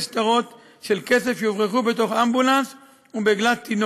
שטרות של כסף שהוברחו בתוך אמבולנס ובעגלת תינוק.